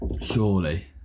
Surely